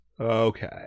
Okay